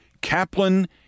Kaplan